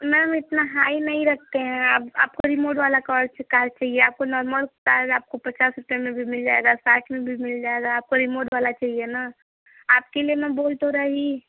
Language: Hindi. मैम इतना हाई नहीं रखते हैं आप आपको रिमोट वाला कॉल्स कार चाहिए आपको नॉर्मल कार्स आपको पचास रुपए में भी मिल जाएगा साठ में भी मिल जाएगा आपको रिमोट वाला चाहिए ना आपके लिए मैं बोल तो रही